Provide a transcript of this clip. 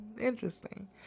Interesting